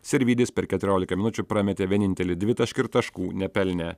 sirvydis per keturiolika minučių prametė vienintelį dvitaškį ir taškų nepelnė